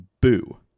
Boo